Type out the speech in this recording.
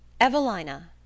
Evelina